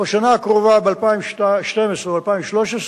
ובשנה הקרובה, ב-2012 או 2013,